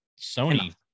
Sony